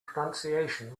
pronunciation